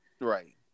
Right